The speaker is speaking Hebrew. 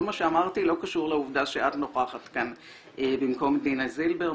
כל מה שאמרתי לא קשור לעובדה שאת נוכחת כאן במקום דינה זילבר.